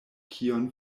kion